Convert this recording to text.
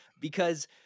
because-